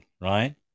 right